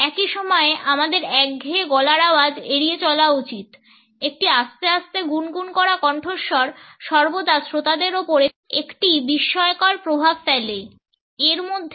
একই সময়ে আমাদের একঘেয়ে গলার আওয়াজ এড়িয়ে চলা উচিত একটি আস্তে আস্তে গুন্ গুন্ করা কণ্ঠস্বর সর্বদা শ্রোতাদের উপর একটি বিস্ময়কর প্রভাব ফেলে এবং তাদের মিথস্ক্রিয়া করার জন্য তাদের যে সামান্য উৎসাহ থাকতে পারে তা হারাতে বাধ্য করে